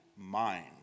mind